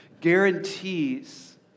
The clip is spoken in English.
guarantees